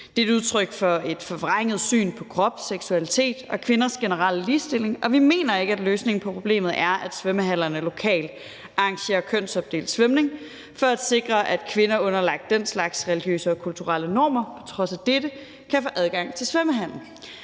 Det er et udtryk for et forvrænget syn på krop, seksualitet og kvinders generelle ligestilling, og vi mener ikke, at løsningen på problemet er, at svømmehallerne lokalt arrangerer kønsopdelt svømning for at sikre, at kvinder underlagt den slags religiøse og kulturelle normer på trods af dette kan få adgang til svømmehallen.